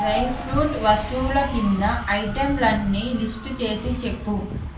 dry fruit వస్తువులు కింద ఐటెంలన్నీ లిస్టు చేసి చెప్పు